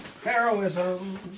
Heroism